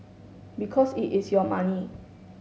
because it is your money